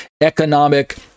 economic